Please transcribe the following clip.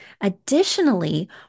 Additionally